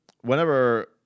whenever